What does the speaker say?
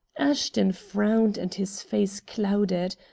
ashton frowned and his face clouded.